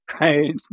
right